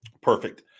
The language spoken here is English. perfect